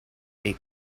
egg